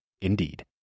Indeed